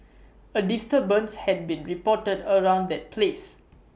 A disturbance had been reported around that place